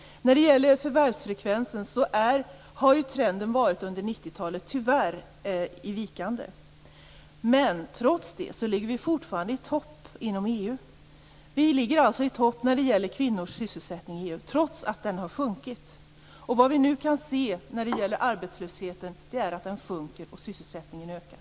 När det gäller förvärvsfrekvensen har ju trenden under 90-talet tyvärr varit i vikande. Men trots det ligger vi fortfarande i topp inom EU. Vi ligger alltså i topp i EU när det gäller kvinnors sysselsättning, trots att den har sjunkit. Men vad vi nu kan se är att arbetslösheten sjunker och att sysselsättningen ökar.